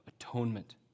atonement